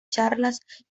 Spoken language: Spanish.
charlas